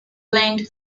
learned